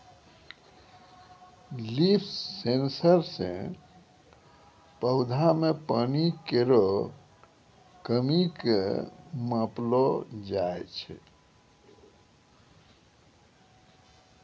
leaf sensor सें पौधा म पानी केरो कमी क मापलो जाय छै